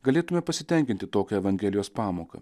galėtume pasitenkinti tokia evangelijos pamoka